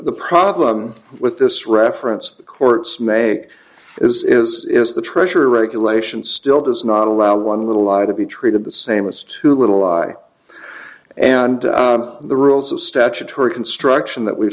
the problem with this reference the courts make is is is the treasury regulation still does not allow one little lie to be treated the same as too little and the rules of statutory construction that we've